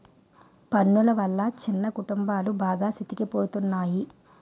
పన్నులు వల్ల చిన్న కుటుంబాలు బాగా సితికిపోతున్నాయి